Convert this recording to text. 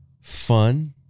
fun